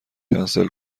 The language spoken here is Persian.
کنسل